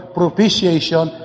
propitiation